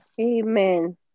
Amen